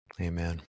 Amen